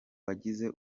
bagize